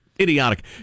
idiotic